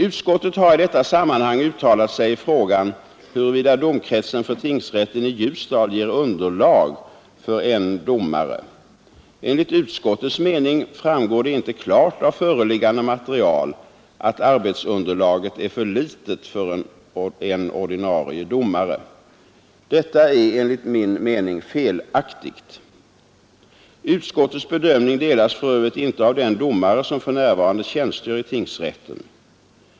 Utskottet har i detta sammanhang uttalat sig i frågan huruvida domkretsen för tingsrätten i Ljusdal ger underlag för en domare. Enligt utskottets mening framgår det inte klart av föreliggande material att arbetsunderlaget är för litet för en ordinarie domare. Detta är enligt min mening felaktigt. Utskottets bedömning delas för Övrigt inte av den domare som för närvarande tjänstgör i tingsrätten.